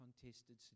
contested